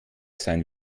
sein